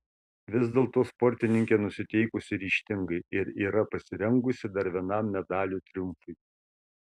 vis dėlto sportininkė nusiteikusi ryžtingai ir yra pasirengusi dar vienam medalių triumfui